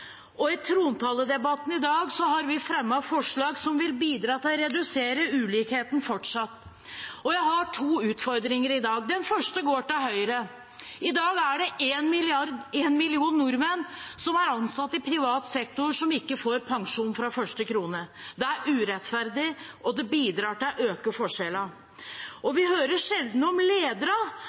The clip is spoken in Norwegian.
I trontaledebatten i dag har vi fremmet forslag som vil bidra til fortsatt å redusere ulikheten. Jeg har to utfordringer i dag. Den første går til Høyre. I dag er det én million nordmenn som er ansatt i privat sektor som ikke får pensjon fra første krone. Det er urettferdig, det bidrar til å øke forskjellene, og vi hører sjelden om ledere